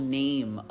name